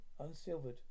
unsilvered